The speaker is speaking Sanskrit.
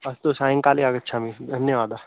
अस्तु सायङ्काले आगच्छामि धन्यवादः